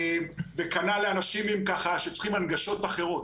וכנ"ל לאנשים שצריכים הנגשות אחרות.